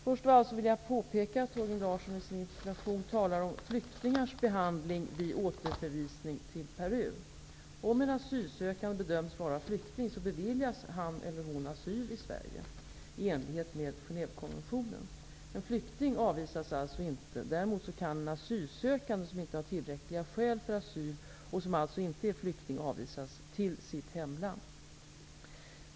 Först av allt vill jag påpeka att Torgny Larsson i sin interpellation talar om flyktingars behandling vid återförvisning till Peru. Om en asylsökande bedöms vara flykting beviljas han eller hon asyl i Sverige, i enlighet med Genèvekonventionen. En flykting avvisas alltså inte. Däremot kan asylsökande som inte har tillräckliga skäl för asyl och som alltså inte är flyktingar avvisas till sitt hemland.